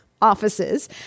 offices